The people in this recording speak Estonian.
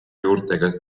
juurtega